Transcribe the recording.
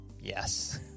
Yes